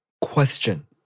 Question